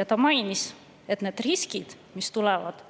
ja mainis, et need riskid, mis tekivad,